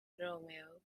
romeo